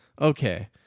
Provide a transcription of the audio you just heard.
Okay